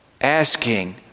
asking